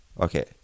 Okay